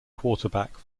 quarterback